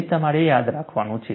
જે તમારે યાદ રાખવાનું છે